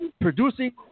producing